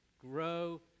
grow